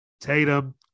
Tatum